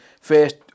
first